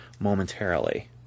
momentarily